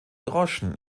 groschen